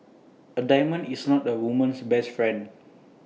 A diamond is not A woman's best friend